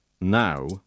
now